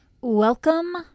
Welcome